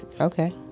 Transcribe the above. Okay